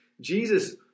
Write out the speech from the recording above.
Jesus